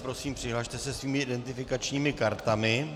Prosím, přihlaste se svými identifikačními kartami.